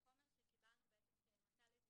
מהחומר שקיבלנו כמצע לדיון,